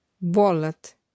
Wallet